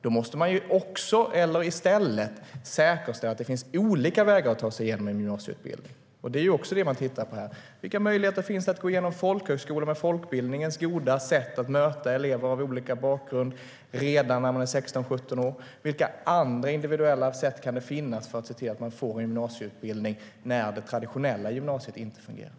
Vi måste också säkerställa att det finns olika vägar att ta sig igenom en gymnasieutbildning, att titta på vilka möjligheter det finns att gå på folkhögskola med folkbildningens goda sätt att möta elever med olika bakgrund redan när de är 16-17 år och vilka andra individuella sätt det kan finnas för att se till att unga får en gymnasieutbildning när det traditionella gymnasiet inte fungerar.